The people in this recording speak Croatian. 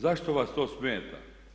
Zašto vas to smeta?